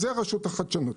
אז זה רשות החדשנות.